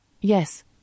Yes